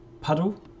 puddle